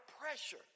pressure